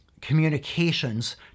communications